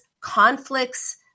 conflicts